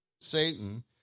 Satan